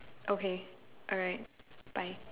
okay alright bye